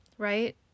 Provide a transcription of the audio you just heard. right